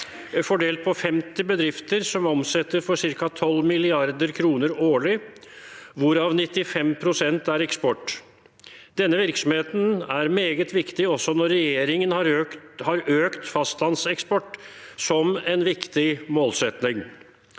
fordelt på 50 bedrifter som omsetter for ca. 12 mrd. kr årlig, hvorav 95 pst. er eksport. Denne virksomheten er meget viktig også når regjeringen har økt fastlandseksport som en viktig målsetting.